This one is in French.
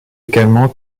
également